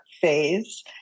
phase